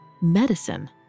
medicine